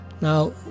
Now